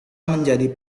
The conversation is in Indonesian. menjadi